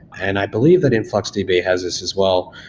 and i believe that influxdb but has this as well.